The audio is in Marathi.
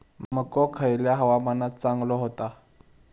मको खयल्या हवामानात चांगलो होता?